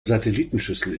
satellitenschüssel